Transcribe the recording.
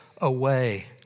away